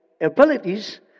abilities